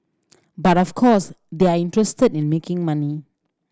but of course they are interested in making money